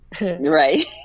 Right